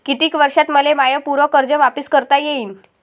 कितीक वर्षात मले माय पूर कर्ज वापिस करता येईन?